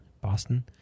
Boston